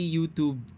YouTube